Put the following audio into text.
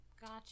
Gotcha